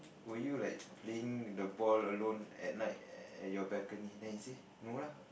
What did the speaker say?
were you like playing the ball alone at night at your balcony then he say no lah